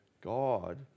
God